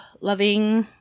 loving